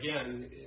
again